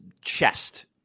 chest